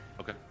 Okay